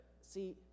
see